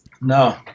No